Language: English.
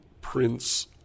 Prince